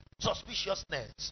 Suspiciousness